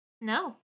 no